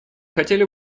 хотели